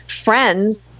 friends